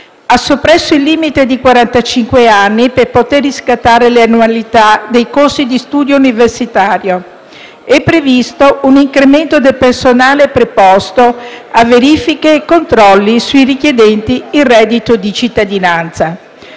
ha soppresso il limite di quarantacinque anni per poter riscattare le annualità dei corsi di studio universitario. È previsto un incremento del personale preposto a verifiche e controlli sui richiedenti il reddito di cittadinanza.